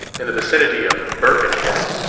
in the vicinity of birkenhead,